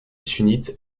sunnite